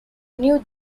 new